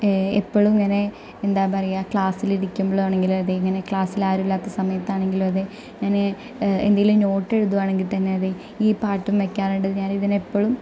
എപ്പോഴും ഇങ്ങനെ എന്താ പറയുക ക്ലാസിൽ ഇരിക്കുമ്പോഴാണെങ്കിലും അതേ ഇങ്ങനെ ക്ലാസ്സിൽ ആരും ഇല്ലാത്ത സമയത്താണേങ്കിലും അതേ ഞാൻ എന്തേലും നോട്ട് എഴുതുവാണേങ്കിൽ തന്നെ അതേ ഈ പാട്ടും വയ്ക്കാറുണ്ട് ഞാൻ ഇതിന് എപ്പോഴും